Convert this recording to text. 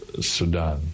Sudan